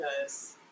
Yes